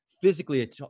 Physically